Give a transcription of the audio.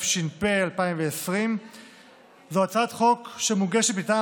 התשפ"א 2020. זו הצעת חוק שמוגשת מטעם